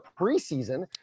preseason